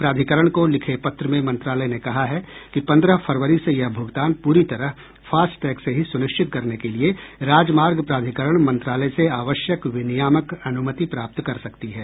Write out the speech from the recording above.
प्राधिकरण को लिखे पत्र में मंत्रालय ने कहा है कि पन्द्रह फरवरी से यह भुगतान पूरी तरह फास्टैग से ही सुनिश्चित करने के लिए राजमार्ग प्राधिकरण मंत्रालय से आवश्यक विनियामक अनुमति प्राप्त कर सकती है